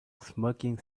smoking